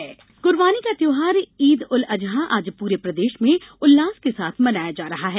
ईद उल अजहा कुर्बानी का त्यौहार ईद उल अजहा आज पूरे प्रदेश में उल्लास के साथ मनाया जा रहा है